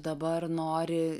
dabar nori